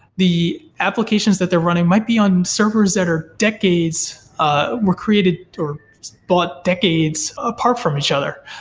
the applications that they're running might be on servers that are decades ah were created, or bought decades apart from each other.